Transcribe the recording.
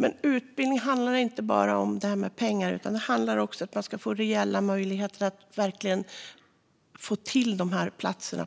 Men utbildning handlar inte bara om pengar, utan det handlar också om att man ska få reella möjligheter att få till dessa platser